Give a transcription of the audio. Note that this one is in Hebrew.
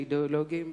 האידיאולוגים,